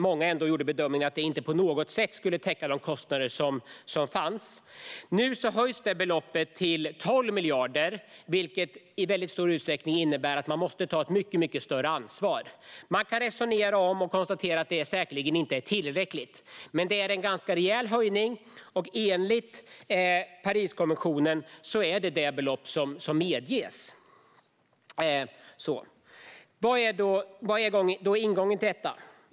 Många gjorde bedömningen att det inte på något sätt skulle täcka kostnaderna. Nu höjs beloppet till 12 miljarder, vilket innebär att reaktorinnehavarna måste ta ett mycket större ansvar. Man kan resonera om och konstatera att det säkerligen inte är tillräckligt. Men det är en ganska rejäl höjning, och enligt Pariskonventionen är det detta belopp som medges. Vad är då ingången till detta?